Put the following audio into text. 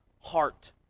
heart